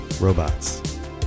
Robots